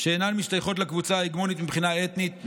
שאינן משתייכות לקבוצה ההגמונית מבחינה אתנית,